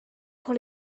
pour